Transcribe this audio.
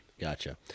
Gotcha